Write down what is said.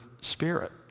spirit